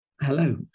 Hello